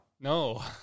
No